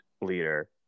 leader